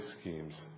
schemes